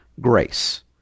grace